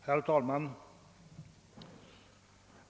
Herr talman!